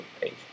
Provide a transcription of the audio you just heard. page